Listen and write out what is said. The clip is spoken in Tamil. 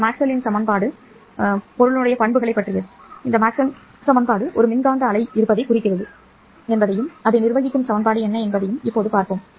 இந்த மேக்ஸ்வெல்லின் சமன்பாடு ஒரு மின்காந்த அலை இருப்பதைக் குறிக்கிறது என்பதையும் அதை நிர்வகிக்கும் சமன்பாடு என்ன என்பதையும் இப்போது பார்ப்போம்